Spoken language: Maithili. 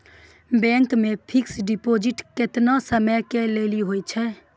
बैंक मे फिक्स्ड डिपॉजिट केतना समय के लेली होय छै?